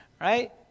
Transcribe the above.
right